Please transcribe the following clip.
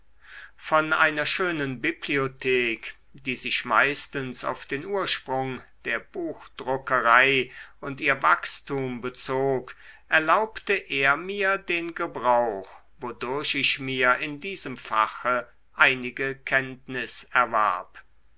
von einer schönen bibliothek die sich meistens auf den ursprung der buchdruckerei und ihr wachstum bezog erlaubte er mir den gebrauch wodurch ich mir in diesem fache einige kenntnis erwarb